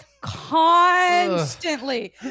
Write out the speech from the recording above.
constantly